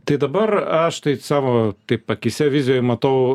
tai dabar aš tai savo taip akyse vizijoj matau